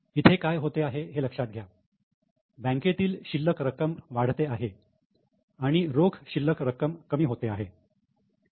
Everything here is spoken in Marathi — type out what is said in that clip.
इथे काय होत आहे हे लक्षात घ्या बँकेतील शिल्लक रक्कम वाढते आहे आणि रोकड शिल्लक रक्कम कमी होत आहे